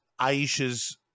Aisha's